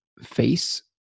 face